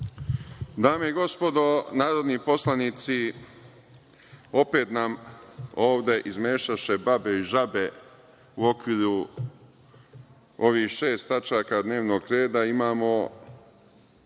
Dame i gospodo narodni poslanici, opet nam ovde izmešaše babe i žabe u okviru ovih šest tačaka dnevnog reda. Imamo